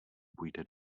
půjde